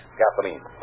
gasoline